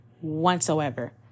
whatsoever